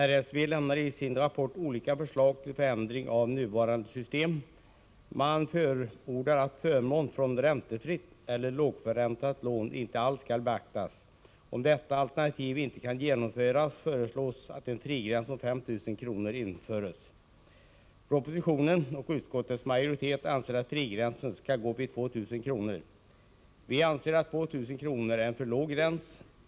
RSV lämar i sin rapport olika förslag till förändring av nuvarande system. Man förordar att förmån av räntefritt eller lågförräntat lån inte alls skall beaktas. Om detta alternativ inte kan förverkligas, föreslår man att en frigräns om 5 000 kr. införs. Men vi anser att en sådan frigräns går alltför lågt.